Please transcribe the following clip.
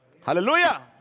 Hallelujah